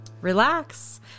relax